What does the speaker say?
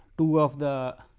two of the.